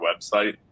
website